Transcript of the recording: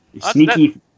Sneaky